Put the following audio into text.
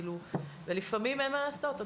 ואין מה לעשות,